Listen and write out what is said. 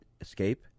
escape